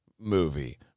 movie